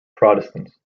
protestants